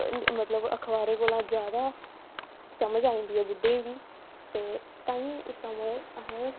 मतलब अखबारे कोला जादा समझ आई जंदी ऐ बुड्डे ईं बी ते ताहियें इस समें असें